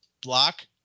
block